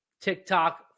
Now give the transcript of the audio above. TikTok